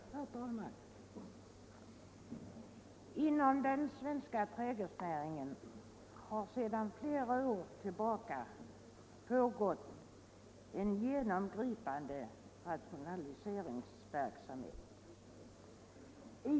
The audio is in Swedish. Herr talman! Inom den svenska trädgårdsnäringen har sedan flera år pågått en genomgripande rationaliseringsverksamhet.